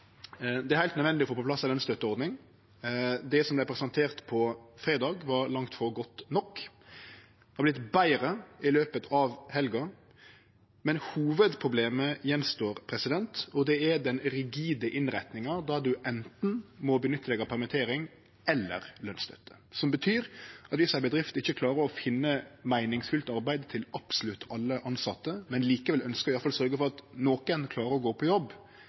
Det er heilt nødvendig å få på plass ei lønsstøtteordning. Det som vart presentert på fredag, var langt frå godt nok. Det har vorte betre i løpet av helga, men hovudproblemet står att. Det er den rigide innrettinga der ein må nytte anten permittering eller lønsstøtte, noko som betyr at dersom ei bedrift ikkje klarar å finne meiningsfylt arbeid til absolutt alle tilsette, men likevel ønskjer å sørgje for at i alle fall nokre klarar å gå på jobb,